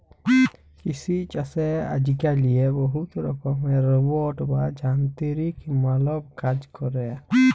কিসি ছাসে আজক্যালে বহুত রকমের রোবট বা যানতিরিক মালব কাজ ক্যরে